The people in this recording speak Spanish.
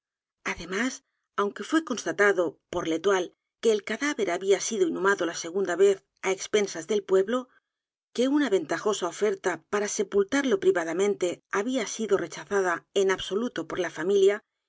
además aunque fué constatado por l'étoile que el cadáver había sido inhumado la segunda vez á expensas del pueblo que una ventajosa oferta para sepultarlo privadamente había sido rechazada en absoluto por la familia